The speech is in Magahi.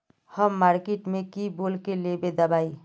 हम मार्किट में की बोल के लेबे दवाई?